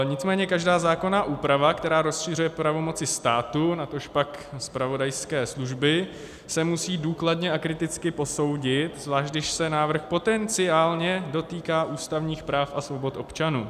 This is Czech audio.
Nicméně každá zákonná úprava, která rozšiřuje pravomoci státu, natožpak zpravodajské služby, se musí důkladně a kriticky posoudit, zvlášť když se návrh potenciálně dotýká ústavních práv a svobod občanů.